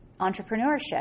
entrepreneurship